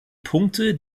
punkte